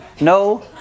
no